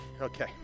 Okay